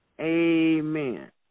amen